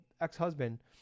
ex-husband